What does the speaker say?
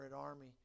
Army